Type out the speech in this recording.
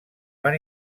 van